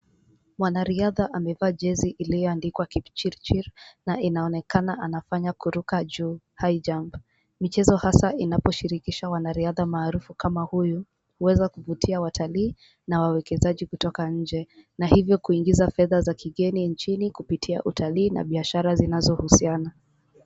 Mwanariadha amevaa jezi iliyoandikwa Kipchirchir na inaonekana anafanya kuruka juu high jump . Michezo hasa inaposhirikisha wanariadha maarufu kama huyu, huweza kuvutia watalii na wawekezaji kutoka nje na hivyo kuingiza fedha za kigeni nchini kupitia utalii na biashara zinazohusiana.